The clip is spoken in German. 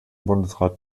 bundesrat